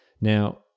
Now